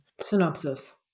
Synopsis